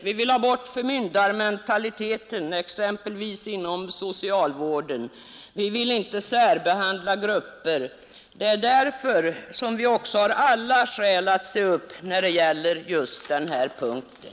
Vi vill ha bort förmyndarmentalitet, exempelvis inom socialvården. Vi vill inte särbehandla grupper. Det är därför som vi har alla skäl att se upp när det gäller just den här punkten.